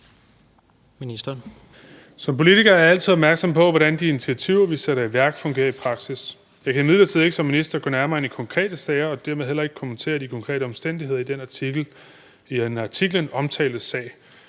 Som politiker er jeg altid opmærksom på, hvordan de initiativer, vi sætter i værk, fungerer i praksis. Jeg kan imidlertid ikke som minister gå nærmere ind i konkrete sager og dermed heller ikke kommentere de konkrete omstændigheder i den i artiklen omtalte sag.